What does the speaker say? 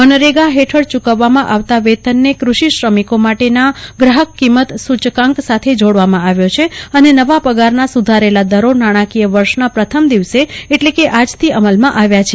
મનરેગા હેઠળ ચૂકવવામાં આવતાં વેતનને કૂષિ શ્રમિકો માટેના ગ્રાહક કિંમત સૂચકાંક સાથે જોડાવામાં આવ્યો છે અને નવા પગારના સુધારેલ દરો નાણાંકીય વર્ષના પ્રથમ દિવસે એટલે કે આજથી અમલમાં આવ્યા છે